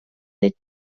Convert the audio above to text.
des